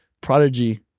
prodigy